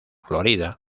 florida